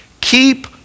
keep